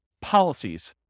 policies